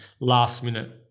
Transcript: last-minute